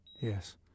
Yes